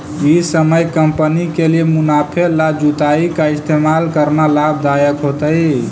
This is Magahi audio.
ई समय कंपनी के लिए मुनाफे ला जुताई का इस्तेमाल करना लाभ दायक होतई